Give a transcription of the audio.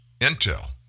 Intel